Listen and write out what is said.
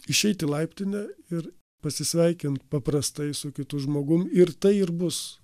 išeit į laiptinę ir pasisveikint paprastai su kitu žmogum ir tai ir bus